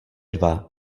dva